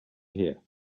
here